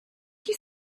qui